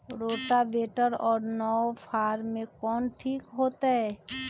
Rotavator और नौ फ़ार में कौन ठीक होतै?